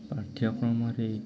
ପାଠ୍ୟକ୍ରମରେ